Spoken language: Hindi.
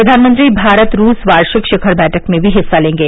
प्रघानमंत्री भारत रूस वार्षिक शिखर बैठक में भी हिस्सा लेंगे